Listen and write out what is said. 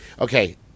Okay